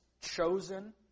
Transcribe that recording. chosen